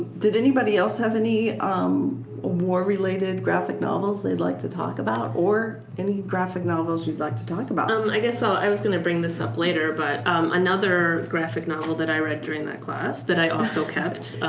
did anybody else have any um war-related graphic novels they'd like to talk about or any graphic novels you'd like to talk about? erika um i guess i'll, i was gonna bring this up later but another graphic novel that i read during that class that i also kept,